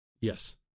Yes